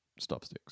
Stopsticks